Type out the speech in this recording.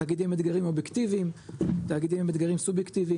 תאגידים עם אתגרים אובייקטיביים תאגידים עם אתגרים סובייקטיביים,